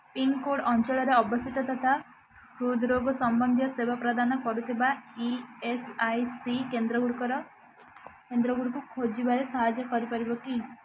pincode ଅଞ୍ଚଳରେ ଅବସ୍ଥିତ ତଥା ହୃଦ୍ରୋଗ ସମ୍ବନ୍ଧୀୟ ସେବା ପ୍ରଦାନ କରୁଥିବା ଇ ଏସ୍ ଆଇ ସି କେନ୍ଦ୍ରଗୁଡ଼ିକ ଖୋଜିବାରେ ସାହାଯ୍ୟ କରିପାରିବ କି